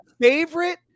favorite